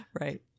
Right